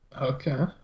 Okay